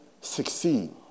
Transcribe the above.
succeed